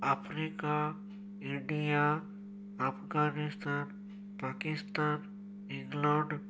Africa India Afghanistan Pakistan England